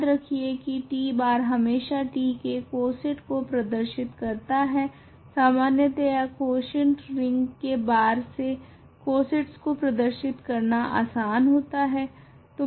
याद रखिए की t bar हमेशा t के कॉसेट को प्रदर्शित करता है समान्यतया क्वॉशेंट रिंग के bar से कोसेट्स को प्रदर्शित करना आसान होता है